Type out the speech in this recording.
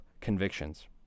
convictions